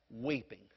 weeping